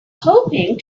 hoping